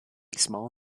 small